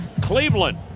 Cleveland